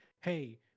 hey